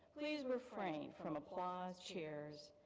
please refrain from applause, cheers,